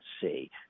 see